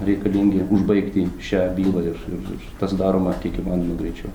reikalingi užbaigti šią bylą ir ir ir tas daroma kiek įmanomu greičiau